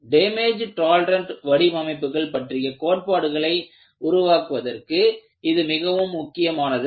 damage tolerant வடிவமைப்புகள் பற்றிய கோட்பாடுகளை உருவாக்குவதற்கு இது மிகவும் முக்கியமானது